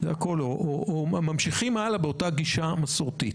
או ממשיכים הלאה באותה גישה מסורתית?